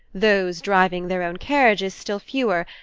those driving their own carriages still fewer,